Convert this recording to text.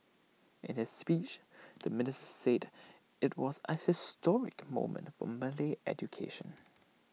in his speech the minister said IT was A historic moment for Malay education